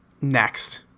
Next